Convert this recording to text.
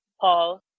Paul